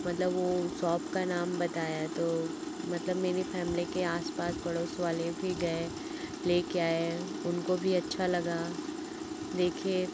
मतलब वह सॉप का नाम बताया तो मतलब मेरी फ़ैमिली के आस पास पड़ोस वाले भी गए लेकर आए उनको भी अच्छा लगा देखे